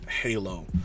halo